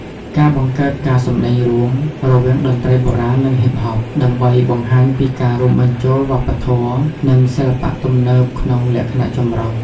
ការបង្កើតការសម្តែងរួម រវាងតន្ត្រីបុរាណ និងហ៊ីបហប ដើម្បីបង្ហាញពីការរួមបញ្ចូលវប្បធម៌ និងសិល្បៈទំនើបក្នុងលក្ខណៈចម្រុះ។